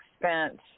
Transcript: expense